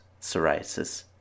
psoriasis